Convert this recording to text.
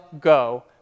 go